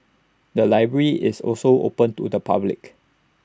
the library is also open to the public